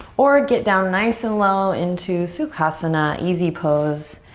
or get down nice and low into sukhasana, easy pose.